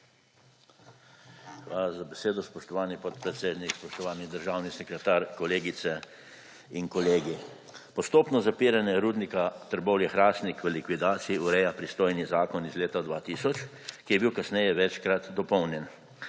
Hvala za besedo, spoštovani podpredsednik. Spoštovani državni sekretar, kolegice in kolegi! Postopno zapiranje Rudnika Trbovlje-Hrastnik v likvidaciji ureja pristojni zakon iz leta 2000, ki je bil kasneje večkrat dopolnjen.